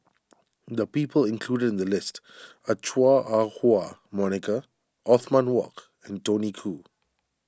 the people included in the list are Chua Ah Huwa Monica Othman Wok and Tony Khoo